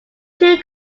two